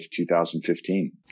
2015